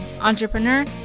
entrepreneur